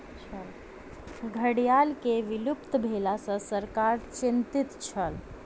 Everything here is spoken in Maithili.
घड़ियाल के विलुप्त भेला सॅ सरकार चिंतित छल